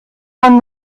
man